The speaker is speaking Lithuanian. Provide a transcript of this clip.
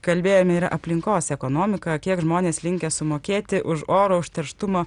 kalbėjome yra aplinkos ekonomika kiek žmonės linkę sumokėti už oro užterštumo